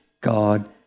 God